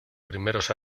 primeros